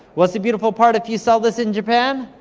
what's the beautiful part if you sell this in japan?